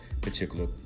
particular